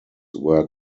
were